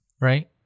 right